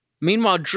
Meanwhile